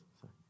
Sorry